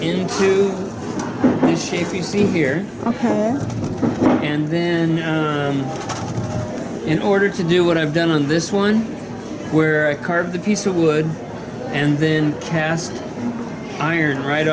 the shape you see here ok and then in order to do what i've done on this one where i carved a piece of wood and then cast iron right